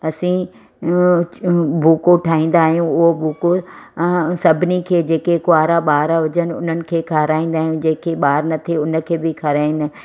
असी बूको ठाहींदा आहियूं उहो बूको सभिनी खे जे क्वारा ॿार हुजनि उन्हनि खे खाराईंदा आहियूं जेके ॿार नथे उन खे बि खाराईंदा